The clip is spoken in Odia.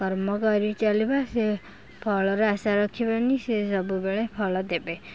କର୍ମକରି ଚାଲିବା ସେ ଫଳରେ ଆଶା ରଖିବାନି ସେ ସବୁବେଳେ ଫଳ ଦେବେ